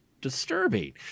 disturbing